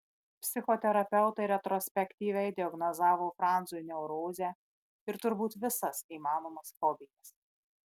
psichoterapeutai retrospektyviai diagnozavo franzui neurozę ir turbūt visas įmanomas fobijas